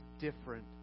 different